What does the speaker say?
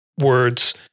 words